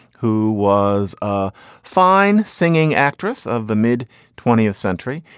who was a fine singing actress of the mid twentieth century.